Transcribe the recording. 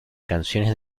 canciones